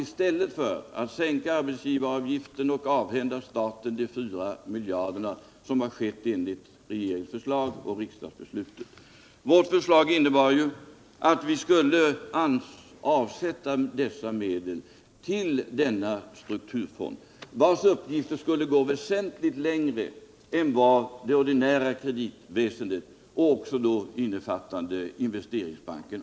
I stället för att sänka arbetsgivaravgiften och, som har skett genom riksdagsbeslut på regeringens förslag, avhända staten dessa 4 miljarder kronor, så borde man i enlighet med vårt förslag ha avsatt medlen till strukturfonden, vars uppgifter skulle sträcka sig väsentligt längre än vad man har möjlighet till inom det ordinära kreditväsendet innefattande Investeringsbanken.